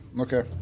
okay